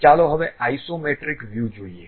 ચાલો હવે isometric view જોઈએ